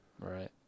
Right